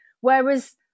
Whereas